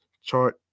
chart